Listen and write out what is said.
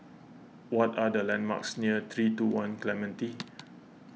what are the landmarks near three two one Clementi